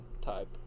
type